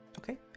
Okay